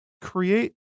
create